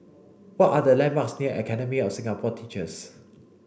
what are the landmarks near Academy of Singapore Teachers